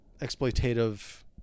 exploitative